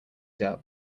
dirt